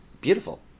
beautiful